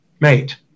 mate